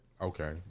Okay